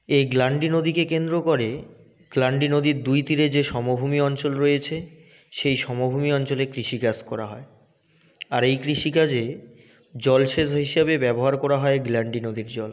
এই গ্লান্ডি নদীকে কেন্দ্র করে গ্লান্ডি নদীর দুই তীরে যে সমভূমি অঞ্চল রয়েছে সেই সমভূমি অঞ্চলে কৃষিকাজ করা হয় আর এই কৃষিকাজে জলসেচ হিসাবে ব্যবহার করা হয় গ্লান্ডি নদীর জল